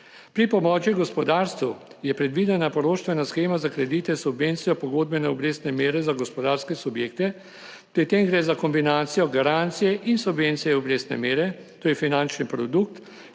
Pri pomoči gospodarstvu je predvidena poroštvena shema za kredite s subvencijo pogodbene obrestne mere za gospodarske subjekte. Pri tem gre za kombinacijo garancije in subvencije obrestne mere. To je finančni produkt,